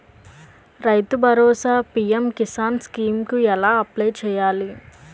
రైతు Bharosa PM Kisan scheme కు ఎలా అప్లయ్ చేయాలి?